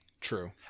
True